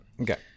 Okay